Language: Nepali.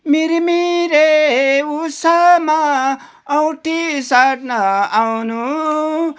मिरेमिरे उषामा औँठी साट्न आउनु